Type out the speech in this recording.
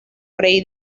rey